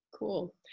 Cool